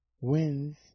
Wins